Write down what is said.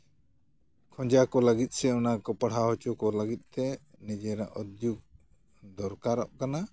ᱠᱷᱚᱸᱡᱟᱣ ᱠᱚ ᱞᱟᱹᱜᱤᱫ ᱥᱮ ᱚᱱᱟ ᱠᱚ ᱞᱟᱭᱤᱱ ᱨᱮ ᱯᱟᱲᱦᱟᱣ ᱦᱚᱪᱚ ᱠᱚ ᱞᱟᱹᱜᱤᱫ ᱛᱮ ᱱᱤᱡᱮᱨᱟᱜ ᱚᱫᱡᱩᱜᱽ ᱫᱚᱨᱠᱟᱨᱚᱜ ᱠᱟᱱᱟ